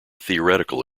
theoretical